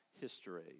history